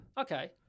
Okay